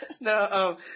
No